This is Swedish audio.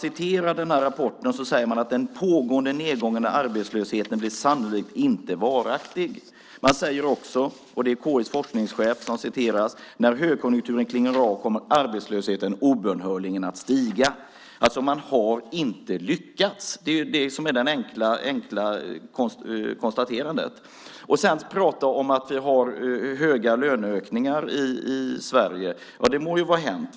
I rapporten säger man att den pågående nedgången av arbetslösheten sannolikt inte blir varaktig. Och KI:s forskningschef säger: När högkonjunkturen klingar av kommer arbetslösheten obönhörligen att stiga. Man har alltså inte lyckats. Det är det som är det enkla konstaterandet. Att vi sedan har stora löneökningar i Sverige må vara hänt.